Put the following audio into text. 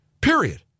Period